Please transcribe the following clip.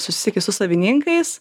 susisieki su savininkais